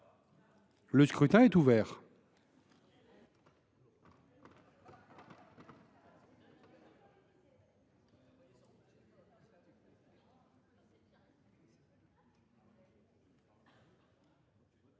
Le scrutin est ouvert.